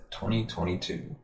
2022